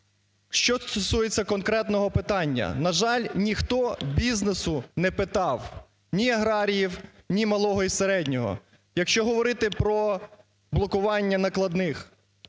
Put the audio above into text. Що стосується конкретного питання, на жаль, ніхто в бізнесу не питав: ні аграріїв, ні малого і середнього. Якщо говорити про блокування накладних,